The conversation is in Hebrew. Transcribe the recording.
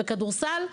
בכדורסל,